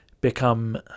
become